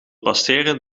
passeren